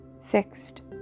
fixed